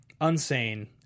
Unsane